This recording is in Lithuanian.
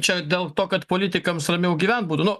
čia dėl to kad politikams ramiau gyvent būtų nu